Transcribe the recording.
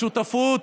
השותפות